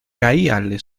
caíale